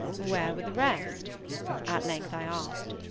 where were the rest at length i asked.